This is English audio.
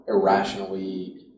irrationally